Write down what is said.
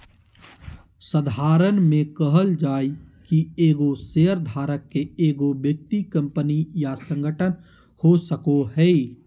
साधारण में कहल जाय कि एगो शेयरधारक के एगो व्यक्ति कंपनी या संगठन हो सको हइ